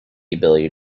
ability